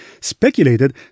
speculated